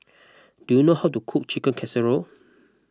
do you know how to cook Chicken Casserole